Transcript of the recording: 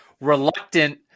reluctant